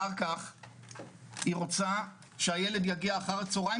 אחר כך היא רוצה שהילד יגיע אחר הצהריים